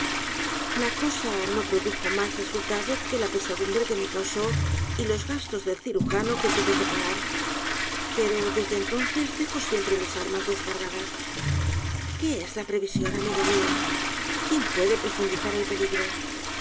la cosa lio produjo mas resultado que la pesadumbre que me causó y los gastos del cirujano que tuve que pagar pero desde entonces dejo siempre mis armas descargadas qué es la previsión amigo mió quién puede profundizar el peligro